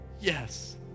Yes